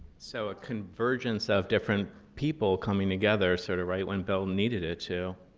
so a convergence of different people coming together sort of right when bill needed it too.